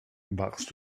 warst